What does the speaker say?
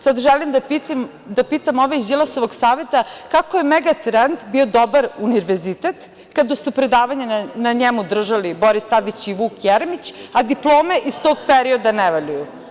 Sad želim da pitam ove iz Đilasovog saveta – kako je „Megatrend“ bio dobar univerzitet kada su predavanja na njemu držali Boris Tadić i Vuk Jeremić, a diplome iz tog perioda ne valjaju?